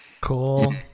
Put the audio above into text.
Cool